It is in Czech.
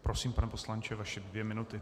Prosím, pane poslanče, vaše dvě minuty.